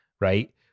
right